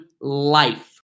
life